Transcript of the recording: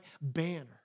banner